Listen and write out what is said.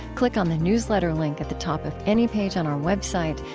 click on the newsletter link at the top of any page on our website.